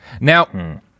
Now